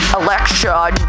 election